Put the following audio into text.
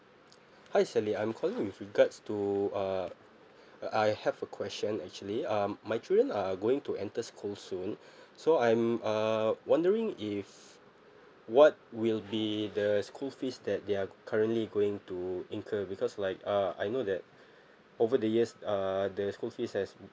hi Sally I'm calling with regards to uh I have a question actually um my children are going to enter school soon so I'm err wondering if what will be the school fees that they are currently going to incur because like uh I know that over the years uh the school fees has